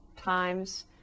times